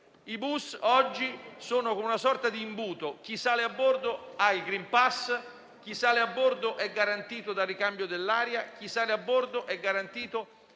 I bus oggi sono come una sorta di imbuto: chi sale a bordo ha il *green pass,* chi sale a bordo è garantito dal ricambio dell'aria, chi sale a bordo è garantito